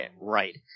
Right